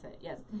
yes